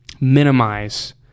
minimize